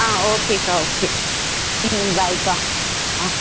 ஆ ஓகேக்கா ஓகே ம் பாய்க்கா ஆ